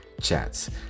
chats